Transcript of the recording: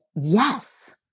Yes